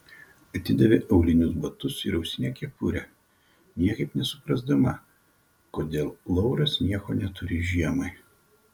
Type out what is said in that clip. atidavė aulinius batus ir ausinę kepurę niekaip nesuprasdama kodėl lauras nieko neturi žiemai